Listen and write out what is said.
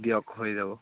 দিয়ক হৈ যাব